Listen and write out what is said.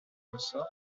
ressort